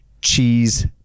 cheese